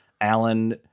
Alan